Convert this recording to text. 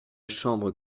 chambre